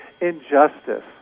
injustice